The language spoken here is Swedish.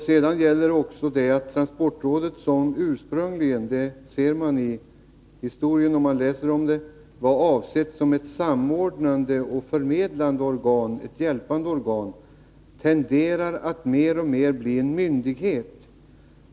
Sedan gäller det också frågan om att transportrådet, som ursprungligen — det framgår när man läser historien om detta — var avsett som ett samordnande, förmedlande och hjälpande organ, tenderar att mer och mer bli en myndighet.